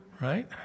Right